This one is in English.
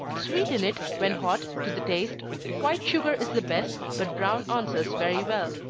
sweeten it, when hot, to the taste white sugar is the best, but brown answers very well.